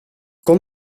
kon